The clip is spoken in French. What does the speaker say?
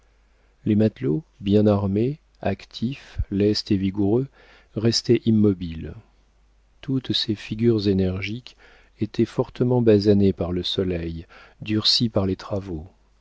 les matelots bien armés actifs lestes et vigoureux restaient immobiles toutes ces figures énergiques étaient fortement basanées par le soleil durcies par les travaux